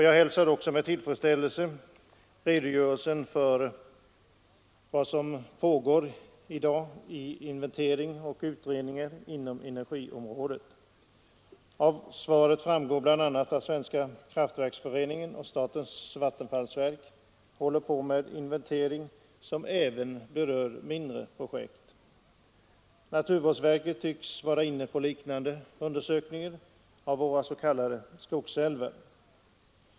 Jag hälsar också med tillfredsställelse redogörelsen för vad som pågår i fråga om inventeringar och utredningar inom energiområdet. Av svaret framgår bl.a. att Svenska kraftverksföreningen och statens vattenfallsverk håller på med en inventering, som även berör mindre projekt. Naturvårdsverket tycks vara inne på liknande undersökningar av våra s.k. skogsälvar.